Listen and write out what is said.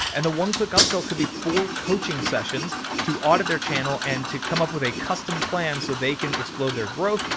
and the one click upsell could be four coaching sessions to audit their channel and to come up with a custom plan so they can explode their growth.